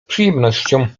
przyjemnością